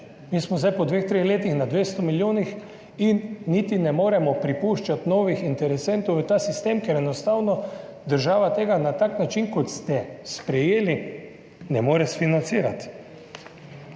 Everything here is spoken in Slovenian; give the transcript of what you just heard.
Mi smo zdaj po dveh, treh letih na 200 milijonih in niti ne moremo prepuščati novih interesentov v ta sistem, ker enostavno država tega na tak način, kot ste sprejeli, ne more financirati.